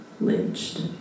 lynched